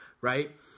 right